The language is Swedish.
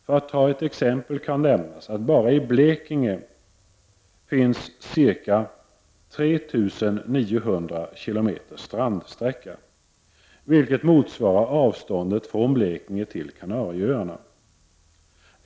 För att endast ta ett exempel kan nämnas att det bara i Blekinge finns ca 3 900 km strandsträcka, vilket motsvarar avståndet från Blekinge till Kanarieöarna.